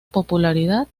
popularidad